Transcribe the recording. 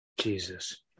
Jesus